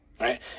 right